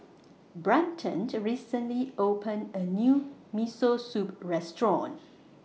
Brenton recently opened A New Miso Soup Restaurant